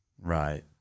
Right